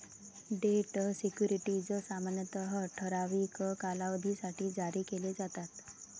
date securities सामान्यतः ठराविक कालावधीसाठी जारी केले जातात